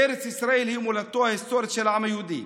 ארץ ישראל היא מולדתו ההיסטורית של העם היהודי.